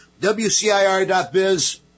wcir.biz